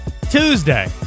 Tuesday